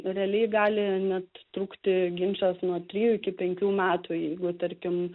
realiai gali net trukti ginčas nuo trijų iki penkių metų jeigu tarkim